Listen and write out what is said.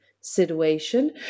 situation